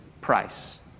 price